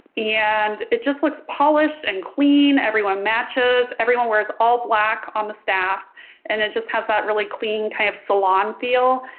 and it just looks polished and clean everyone matches everyone wears all black on the staff and it just has that really clean kind of salon feel.